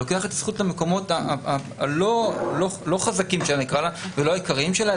לוקח את הזכות למקומות הלא חזקים ולא העיקריים שלה,